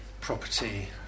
property